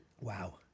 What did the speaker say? Wow